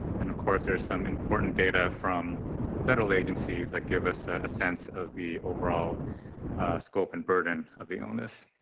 and of course, there is some important data from federal agencies that give us a sense of the overall scope and burden of the illness.